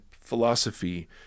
philosophy